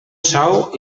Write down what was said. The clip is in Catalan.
sou